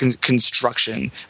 construction